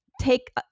take